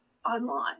online